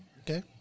Okay